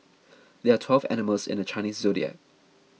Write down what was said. there are twelve animals in the Chinese zodiac